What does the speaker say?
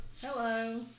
Hello